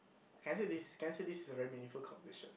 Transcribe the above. can I say this can I say this is a very meaningful conversation